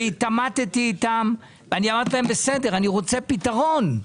והתעמתי איתם ואמרתי להם בסדר, אני רוצה פתרון.